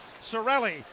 Sorelli